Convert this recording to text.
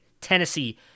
Tennessee